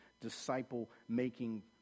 disciple-making